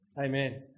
Amen